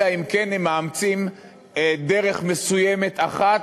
אלא אם כן הם מאמצים דרך מסוימת אחת,